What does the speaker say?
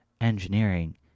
engineering